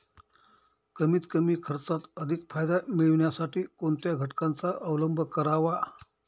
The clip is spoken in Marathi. कमीत कमी खर्चात अधिक फायदा मिळविण्यासाठी कोणत्या घटकांचा अवलंब करावा?